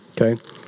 okay